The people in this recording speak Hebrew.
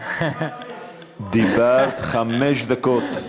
דיברת חמש דקות.